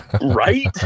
Right